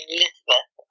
Elizabeth